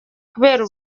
kubera